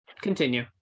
Continue